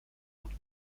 und